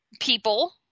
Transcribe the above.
people